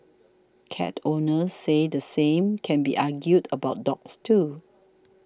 cat owners say the same can be argued about dogs too